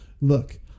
look